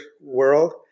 world